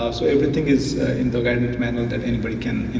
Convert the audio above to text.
so everything is in the manual that anybody can